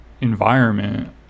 environment